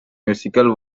musical